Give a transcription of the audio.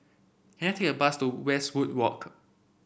can I take a bus to Westwood Walk